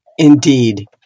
Indeed